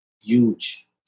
Huge